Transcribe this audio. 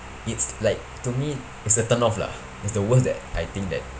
it's like to me is a turn of lah is the worst that I think that